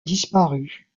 disparu